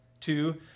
Two